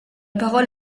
parole